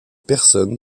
personnes